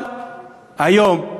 אבל היום,